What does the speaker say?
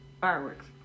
fireworks